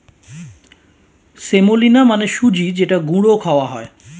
semolina মানে সুজি যেটা গুঁড়ো খাওয়া হয়